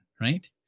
Right